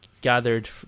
gathered